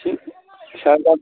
थिक फिसा जात